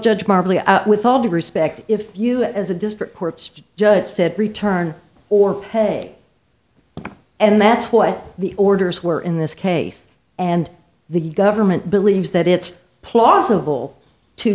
judge mark with all due respect if you as a district courts judge said return or say and that's what the orders were in this case and the government believes that it's plausible to